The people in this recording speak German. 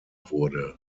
wurde